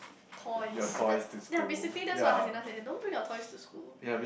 toys t~ ya basically that's what Hasina said don't bring your toys to school